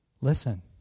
Listen